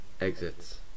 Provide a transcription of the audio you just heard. Exits